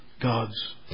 God's